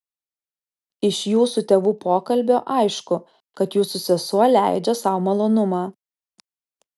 iš jūsų tėvų pokalbio aišku kad jūsų sesuo leidžia sau malonumą